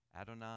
Adonai